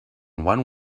one